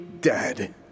dead